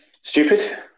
Stupid